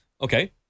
Okay